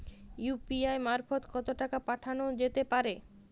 UPI মারফত কত টাকা পাঠানো যেতে পারে?